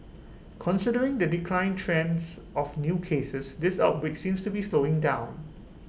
considering the decline trends of new cases this outbreak seems to be slowing down